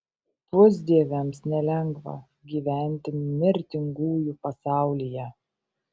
pusdieviams nelengva gyventi mirtingųjų pasaulyje